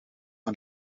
aan